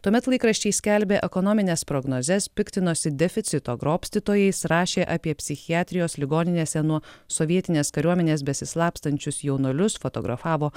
tuomet laikraščiai skelbė ekonomines prognozes piktinosi deficito grobstytojais rašė apie psichiatrijos ligoninėse nuo sovietinės kariuomenės besislapstančius jaunuolius fotografavo